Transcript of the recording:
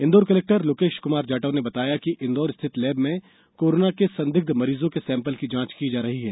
Indore collector Lokesh Kumar Jatav ने बताया कि इंदौर स्थित लेब में कोरोना के संदिग्ध मरीजों के सेंपल की जांच की जा रही है